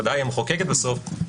ודאי היא המחוקקת בסוף,